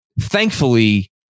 Thankfully